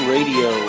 Radio